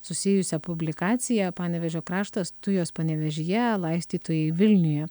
susijusią publikaciją panevėžio kraštas tujos panevėžyje laistytojai vilniuje